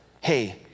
hey